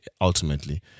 ultimately